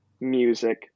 music